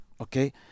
okay